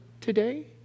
today